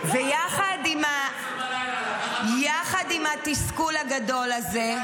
יחד עם התסכול הגדול הזה,